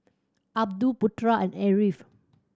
Abdul Putra and Ariff